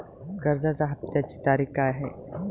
कर्जाचा हफ्त्याची तारीख काय आहे?